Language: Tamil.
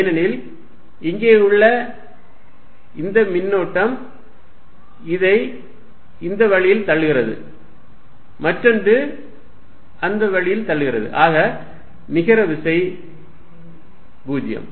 ஏனெனில் இங்கே உள்ள இந்த மின்னூட்டம் இதை இந்த வழியில் தள்ளுகிறது மற்றொன்று அந்த வழியில் தள்ளுகிறது ஆக நிகர விசை 0